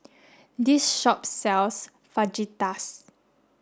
this shop sells Fajitas